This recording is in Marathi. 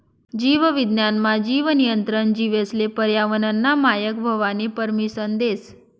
जीव विज्ञान मा, जीन नियंत्रण जीवेसले पर्यावरनना मायक व्हवानी परमिसन देस